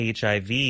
HIV